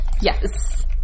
Yes